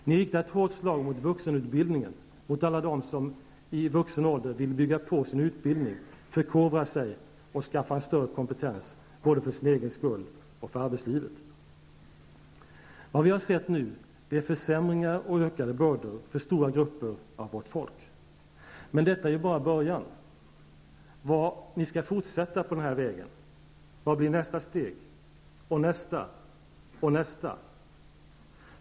Ni riktar ett hårt slag mot vuxenutbildningen, mot alla dem som i vuxen ålder vill bygga på sin utbildning, förkovra sig och skaffa en större kompetens både för sin egen skull och för arbetslivet. Vad vi har sett nu är försämringar och ökade bördor för stora grupper av vårt folk. Men detta är ju bara början. Ni skall fortsätta på denna väg. Vad blir nästa steg? Och nästa? Och nästa?